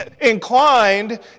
inclined